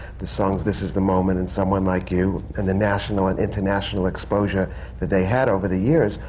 the songs this is the moment and someone like you, and the national and international exposure that they had over the years,